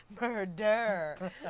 Murder